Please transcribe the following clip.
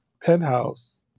Penthouse